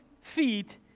feet